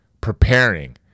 preparing